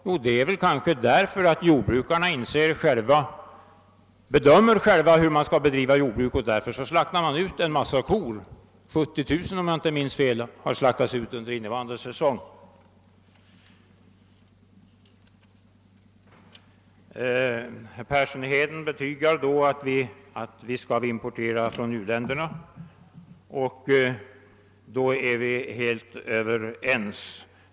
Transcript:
Jo, det är väl därför att jordbrukarna själva bedömt det som gynnsamt att slakta ut en massa kor; 70 000 har om jag inte minns fel slaktats ut under innevarande säsong. Herr Persson i Heden höll med om att vi skall importera från u-länderna, och vi är då helt överens.